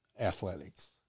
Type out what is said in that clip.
athletics